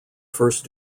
first